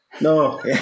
No